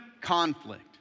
conflict